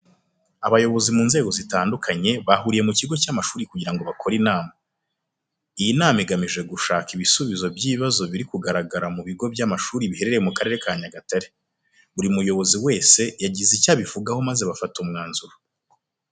Abayobozi mu nzego zitandukanye bahuriye mu kigo cy'amashuri kugira ngo bakore inama. Iyi nama igamije gushaka ibisubizo by'ibibazo biri kugaragara mu bigo by'amashuri biherereye mu Karere ka Nyagatare. Buri muyobozi wese yagize icyo abivugaho maze bafata umwanzuro.